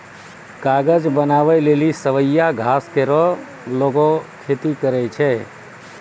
कागज बनावै लेलि सवैया घास केरो लोगें खेती करै छै